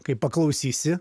kai paklausysi